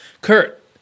Kurt